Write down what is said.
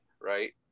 right